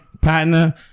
Partner